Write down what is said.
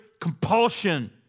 compulsion